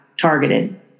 targeted